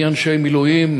אנשי מילואים,